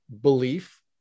belief